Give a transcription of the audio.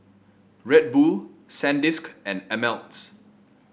Red Bull Sandisk and Ameltz